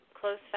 close